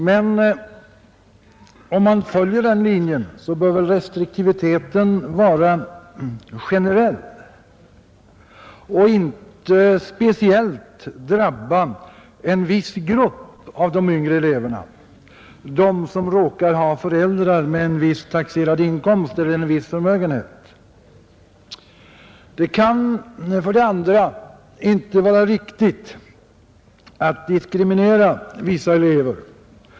Men om man följer den linjen, så bör väl restriktiviteten vara generell och inte speciellt drabba en viss grupp av de yngre eleverna, nämligen de som råkar ha föräldrar med en viss taxerad inkomst eller en viss förmögenhet. För det andra kan det inte vara riktigt att diskriminera vissa elever.